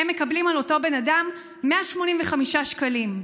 הם מקבלים על אותו בן אדם 185 שקלים.